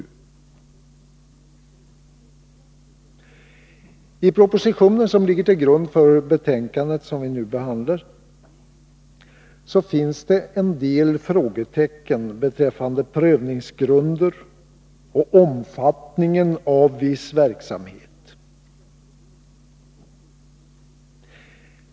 I den proposition som ligger till grund för det betänkande som vi nu behandlar finns en del frågetecken beträffande prövningsgrunder och omfattningen av viss verksamhet.